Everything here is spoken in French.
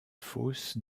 fosse